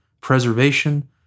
preservation